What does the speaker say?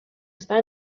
está